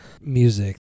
music